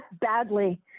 Badly